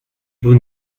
vous